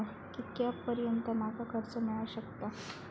कितक्या पर्यंत माका कर्ज मिला शकता?